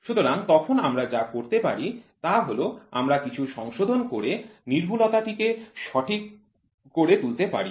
সুতরাং তখন আমরা যা করতে পারি তা হল আমরা কিছু সংশোধন করে সূক্ষ্মতাটিকে সঠিক করে তুলতে পারি